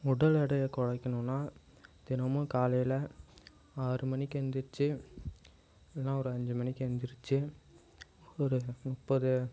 உடல் எடையை குறைக்கணும்னா தினமும் காலையில் ஆறு மணிக்கு எந்திரிச்சு இல்லைன்னா ஒரு அஞ்சு மணிக்கு எந்திரிச்சு ஒரு முப்பது